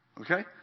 Okay